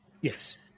Yes